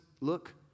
look